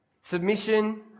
Submission